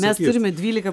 mes turime dvylika